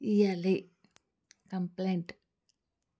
ఇవ్వాలి కంప్లైంట్